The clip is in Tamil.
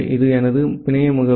இது எனது பிணைய முகவரி